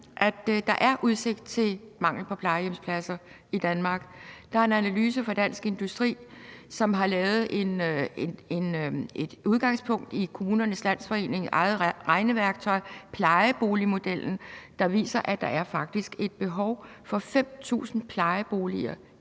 der er udsigt til mangel på plejehjemspladser i Danmark. Der er en analyse fra Dansk Industri, som har taget udgangspunkt i Kommunernes Landsforenings eget regneværktøj, nemlig plejeboligmodellen, der viser, at der faktisk er et behov for 5.000 plejeboliger